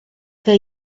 que